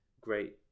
great